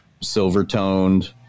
silver-toned